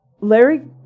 larry